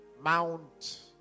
Mount